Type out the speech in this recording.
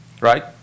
right